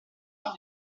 sul